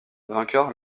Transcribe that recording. vainqueur